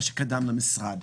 במה שקדם למשרד.